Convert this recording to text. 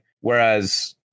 whereas